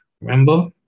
Remember